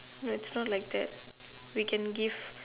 it's not like that we can give